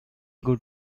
good